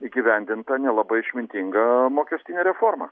įgyvendinta nelabai išmintinga mokestinė reforma